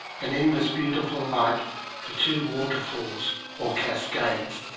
and in this beautiful light the two waterfalls or cascades,